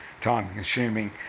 time-consuming